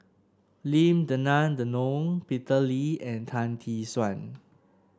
Lim Denan Denon Peter Lee and Tan Tee Suan